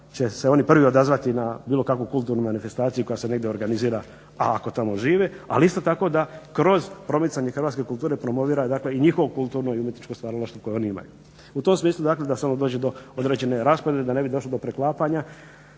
će se oni prvi odazvati na bilo kakvu kulturnu manifestaciju koja se negdje organizira ako tamo žive. Ali isto tako da kroz promicanje hrvatske kulture promovira dakle i njihovo kulturno i umjetničko stvaralaštvo koje oni imaju u tom smislu, dakle da samo dođe do određene raspodjele, da ne bi došlo do preklapanja